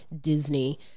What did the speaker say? Disney